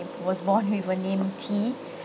was born with a name T